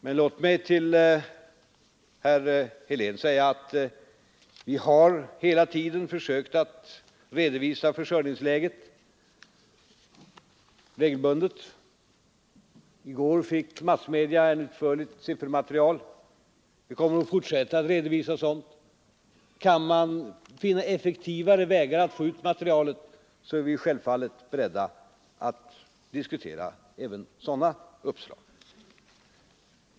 Men låt mig till herr Helén säga att vi hela tiden har försökt att regelbundet redovisa försörjningsläget. I går fick massmedia ett utförligt siffermaterial. Vi kommer att fortsätta att redovisa sådant. Kan man finna effektivare vägar att få ut materialet, är vi självfallet beredda att diskutera även sådana uppslag.